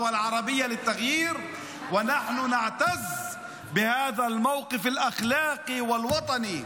ואנחנו גאים בעמדה המוסרית והלאומית,